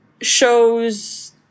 shows